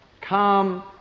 come